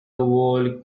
old